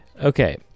Okay